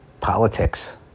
politics